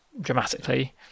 dramatically